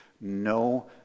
no